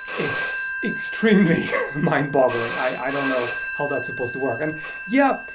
it's extremely mind-boggling i don't know how that's supposed to work and yeah,